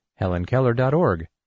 HelenKeller.org